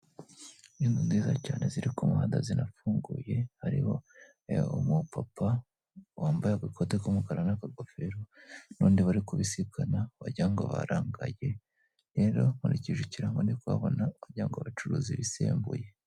Inzu nziza cyane ziri ku muhanda zinafunguye, hariho umupapa wambaye agakote k'umukara n'akagofero, n'undi bari kubisikana wagira ngo barangaye, rero nkurikije ikirango ndi kuhabona wagira ngo bacuruza bisembuye.